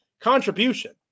contribution